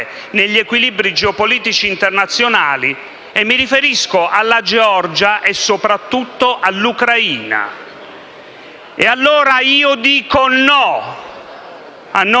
negli equilibri geopolitici internazionali (mi riferisco alla Georgia e, soprattutto, all'Ucraina). Allora io dico no, a nome